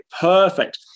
perfect